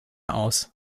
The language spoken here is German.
aus